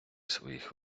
своїх